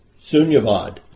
sunyavad